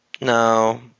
No